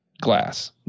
glass